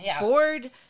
bored